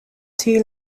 two